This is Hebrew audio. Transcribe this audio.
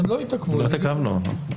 לא התעכבנו.